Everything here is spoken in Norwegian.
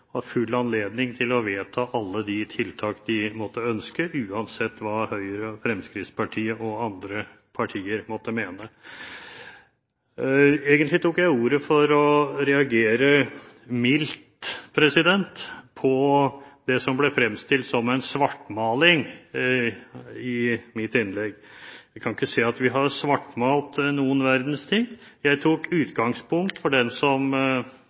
hatt full anledning til å vedta alle de tiltak de måtte ønske, uansett hva Høyre, Fremskrittspartiet og andre partier måtte mene. Egentlig tok jeg ordet for å reagere mildt på det som ble fremstilt som en svartmaling i mitt innlegg. Jeg kan ikke si at vi har svartmalt noen verdens ting. Jeg tok utgangspunkt – for den som